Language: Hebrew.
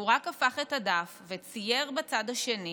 הוא רק הפך את הדף וצייר בצד השני